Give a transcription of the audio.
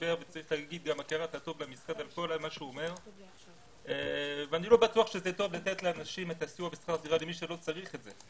בשכר לדירה למי שלא צריך את זה.